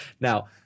Now